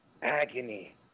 Agony